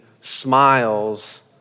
smiles